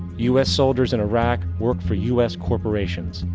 us soldiers and iraq work for us corporations,